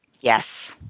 Yes